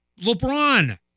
LeBron